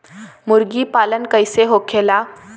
मुर्गी पालन कैसे होखेला?